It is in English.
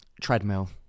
Treadmill